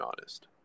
honest